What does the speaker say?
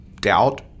Doubt